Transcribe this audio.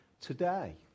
today